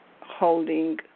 holding